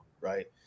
Right